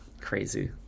Crazy